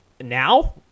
Now